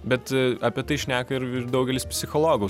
bet apie tai šneka ir ir daugelis psichologų